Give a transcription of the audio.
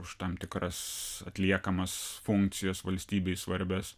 už tam tikras atliekamas funkcijas valstybei svarbias